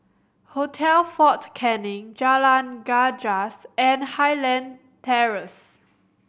Hotel Fort Canning Jalan Gajus and Highland Terrace